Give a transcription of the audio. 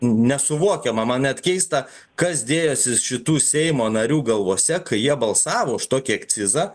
nesuvokiama man net keista kas dėjosi šitų seimo narių galvose kai jie balsavo už tokį akcizą